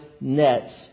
nets